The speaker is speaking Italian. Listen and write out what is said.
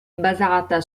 basata